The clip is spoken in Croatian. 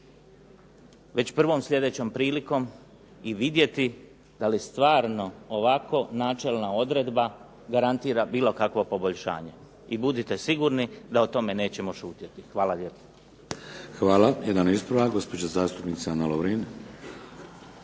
već prvom sljedećom prilikom i vidjeti da li stvarno ovako načelna odredba garantira bilo kakvo poboljšanje i budite sigurni da o tome nećemo šutiti. **Šeks, Vladimir (HDZ)** Hvala. Jedan ispravak gospođa zastupnica Ana Lovrin.